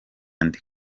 nde